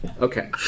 Okay